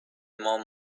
مام